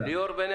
ליאור בן